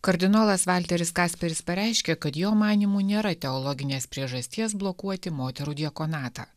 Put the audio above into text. kardinolas valteris kasperis pareiškė kad jo manymu nėra teologinės priežasties blokuoti moterų diakonatą